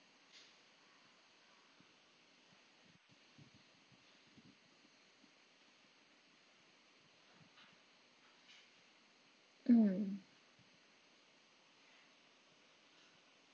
mm